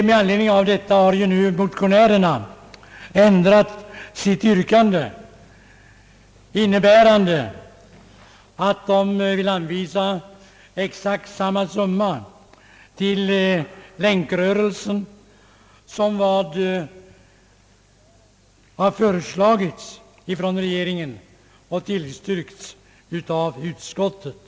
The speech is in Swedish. Med anledning av detta har nu motionärerna ändrat sitt yrkande så att de vill anvisa exakt samma summa till Länkrörelsen som föreslagits av regeringen och tillstyrkts av utskottet.